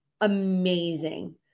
amazing